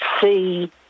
see